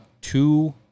two